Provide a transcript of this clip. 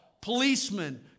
policemen